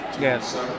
Yes